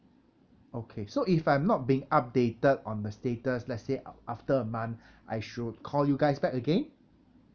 okay so if I'm not being updated on the status let's say a~ after a month I should call you guys back again